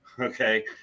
okay